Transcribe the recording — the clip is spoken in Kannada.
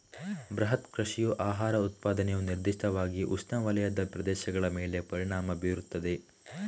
ಬೃಹತ್ ಕೃಷಿಯ ಆಹಾರ ಉತ್ಪಾದನೆಯು ನಿರ್ದಿಷ್ಟವಾಗಿ ಉಷ್ಣವಲಯದ ಪ್ರದೇಶಗಳ ಮೇಲೆ ಪರಿಣಾಮ ಬೀರುತ್ತದೆ